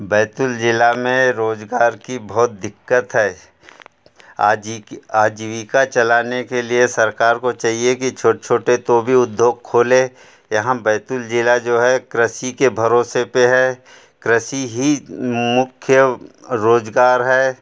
बैतूल ज़िला में रोज़गार की बहुत दिक्कत है आजीकी आजीविका चलाने के लिए सरकार को चाहिए कि छोट छोट तो भी उद्योग खोले यहाँ बैतूल ज़िला जो है कृषि के भरोसे पर है कृषि ही मुख्य रोज़गार है